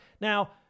Now